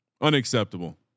Unacceptable